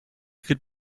could